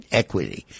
equity